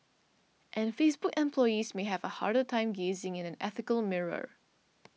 and Facebook employees may have a harder time gazing in an ethical mirror